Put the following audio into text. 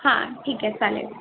हां ठीक आहे चालेल